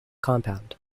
compound